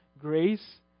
grace